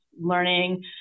learning